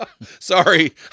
Sorry